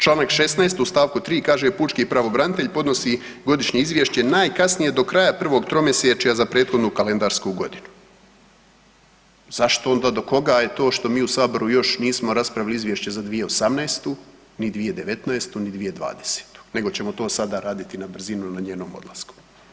Članak 16. u stavku 3. kaže: Pučki pravobranitelj podnosi Godišnje izvješće najkasnije do kraja prvog tromjesečja za prethodnu kalendarsku godinu Zašto onda, do koga je to što mi u Saboru još nismo raspravili Izvješće za 2018., ni 2019., ni 2020. nego ćemo to sada raditi na brzinu na njenom odlasku.